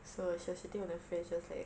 so she was shitting on her friends she was like